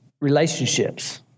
relationships